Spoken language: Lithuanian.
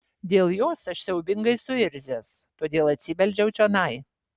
dėl jos aš siaubingai suirzęs todėl atsibeldžiau čionai